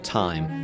time